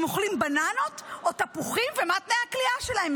אם הם אוכלים בננות או תפוחים ומה תנאי הכליאה שלהם.